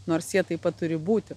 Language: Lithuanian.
nors jie taip pat turi būti